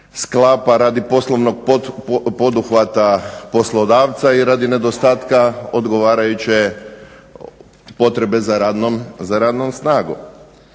sklapa radi poslovnog poduhvata poslodavca i radi nedostatka odgovarajuće potrebe za radnom snagom,